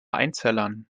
einzellern